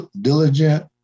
diligent